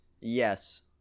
Yes